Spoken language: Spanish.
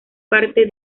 parte